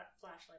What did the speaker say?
flashlight